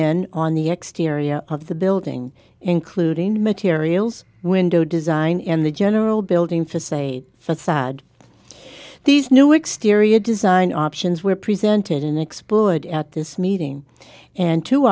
in on the exterior of the building including materials window design in the general building to say facade these new exterior design options were presented and exploited at this meeting and two